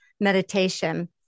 meditation